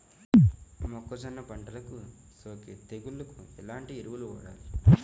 మొక్కజొన్న పంటలకు సోకే తెగుళ్లకు ఎలాంటి ఎరువులు వాడాలి?